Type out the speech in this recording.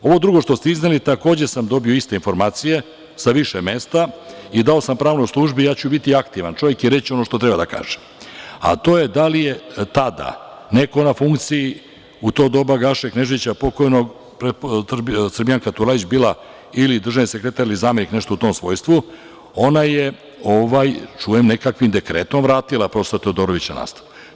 Ovo drugo što ste izneli, takođe, sam dobio iste informacije, sa više mesta, i dao sam pravnoj službi, biću aktivan čovek i reći ću ono što trebam da kažem, a to je da li je tada neko na funkciji u to doba Gaše Kneževića, pokojnog, Srbijanka Turajlić bila državni sekretar ili zamenik, nešto u tom svojstvu, ona je čujem nekakvim dekretom vratila prof. Todorovića na nastavu.